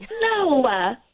No